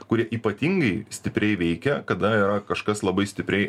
kurie ypatingai stipriai veikia kada yra kažkas labai stipriai